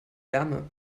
wärme